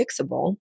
fixable